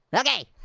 okay.